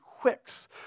quicks